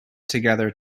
together